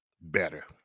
better